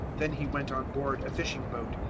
then he went on board a fishing-boat,